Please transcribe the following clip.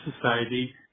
Society